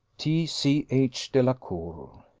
t c h. delacour.